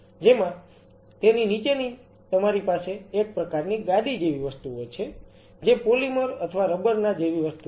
જેમાં તેની નીચે તમારી પાસે એક પ્રકારની ગાદી જેવી વસ્તુ છે જે પોલિમર અથવા રબર ના જેવી વસ્તુ છે